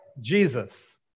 Jesus